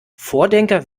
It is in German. vordenker